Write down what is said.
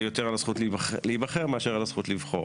יותר על הזכות להיבחר מאשר על הזכות לבחור.